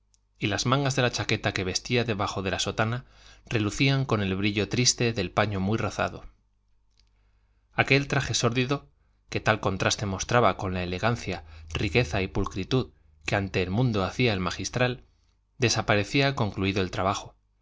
y las mangas de la chaqueta que vestía debajo de la sotana relucían con el brillo triste del paño muy rozado aquel traje sórdido que tal contraste mostraba con la elegancia riqueza y pulcritud que ante el mundo lucía el magistral desaparecía concluido el trabajo